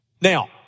Now